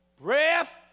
breath